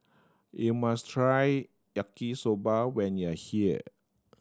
you must try Yaki Soba when you are here